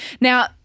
Now